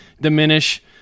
diminish